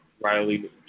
Riley